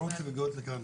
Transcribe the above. חברות שמגיעות לכאן,